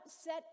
set